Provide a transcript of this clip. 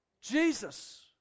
Jesus